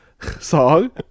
song